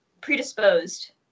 Predisposed